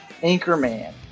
Anchorman